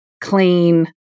clean